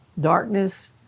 darkness